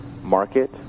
Market